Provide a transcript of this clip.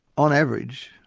on average,